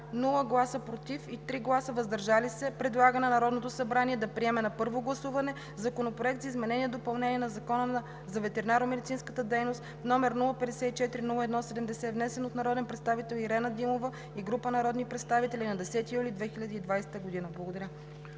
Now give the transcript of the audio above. без „против“ и 3 гласа „въздържал се“ предлага на Народното събрание да приеме на първо гласуване Законопроект за изменение и допълнение на Закона за ветеринарномедицинската дейност, № 054-01-70, внесен от народния представител Ирена Димова и група народни представители на 10 юли 2020 г.“ Благодаря.